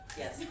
yes